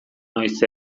noiz